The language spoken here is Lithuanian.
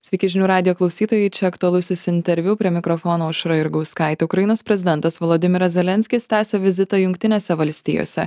sveiki žinių radijo klausytojai čia aktualusis interviu prie mikrofono aušra jurgauskaitė ukrainos prezidentas volodymyras zelenskis tęsia vizitą jungtinėse valstijose